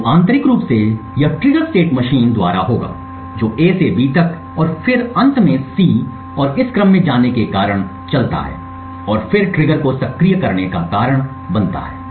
तो आंतरिक रूप से यह ट्रिगर सटेट मशीन द्वारा होगा जो A से B तक और फिर अंत में C और इस क्रम में जाने के कारण चलता है और फिर ट्रिगर को सक्रिय करने का कारण बनता है